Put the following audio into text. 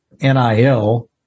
NIL